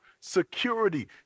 security